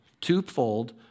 Twofold